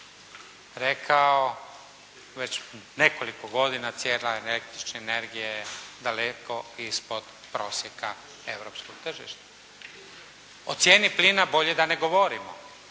rekao već nekoliko godina cijena električne energije je daleko ispod prosjeka europskog tržišta. O cijeni plina bolje da ne govorimo.